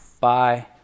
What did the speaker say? Bye